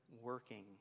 working